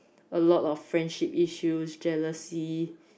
a lot of friendship issues jealousy